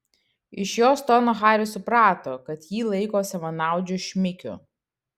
iš jos tono haris suprato kad jį laiko savanaudžiu šmikiu